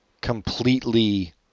completely